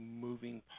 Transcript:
moving